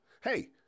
Hey